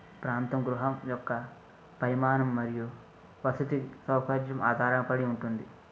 ప్రాంతం గృహం యొక్క పరిమాణం మరియు వసతి సౌకర్యం ఆధారపడి ఉంటుంది